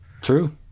true